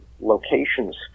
locations